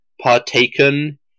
partaken